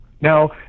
Now